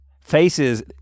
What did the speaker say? faces